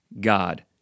God